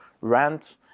rent